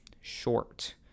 short